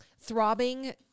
throbbing